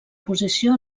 posició